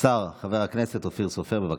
השר חבר הכנסת אופיר סופר, בבקשה.